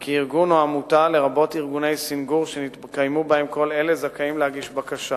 כי זכאים להגיש בקשה